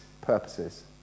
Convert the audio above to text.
purposes